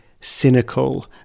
cynical